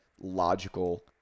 logical